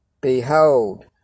Behold